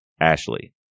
Ashley